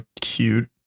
cute